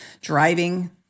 driving